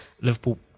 Liverpool